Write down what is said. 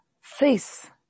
face